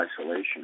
isolation